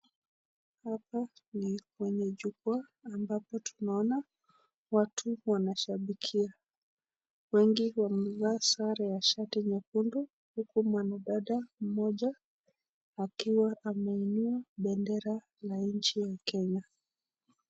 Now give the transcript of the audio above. Hapa ni kwenye jukwaa ambapo tunaona watu wanashabikia timu ya kenya. Wengi wamevaa sare ya shati nyekundu huku mwanadada mmoja akiwa ameinua bendera ya nchi ya Kenya.